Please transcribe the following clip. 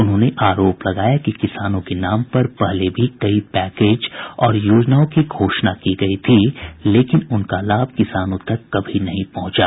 उन्होंने आरोप लगाया कि किसानों के नाम पर पहले भी कई पैकेज और योजनाओं की घोषणा की गई थी लेकिन उनका लाभ किसानों तक कभी नहीं पहुंचा